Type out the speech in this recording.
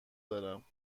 دارم